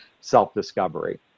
self-discovery